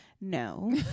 No